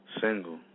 single